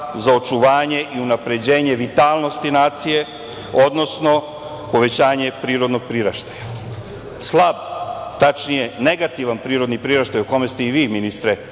za očuvanje i unapređenje vitalnosti nacije, odnosno povećanje prirodnog priraštaja. Slab, tačnije negativan prirodni priraštaj o kome ste i vi ministre